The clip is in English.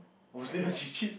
obviously when she cheats